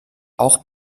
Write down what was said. auch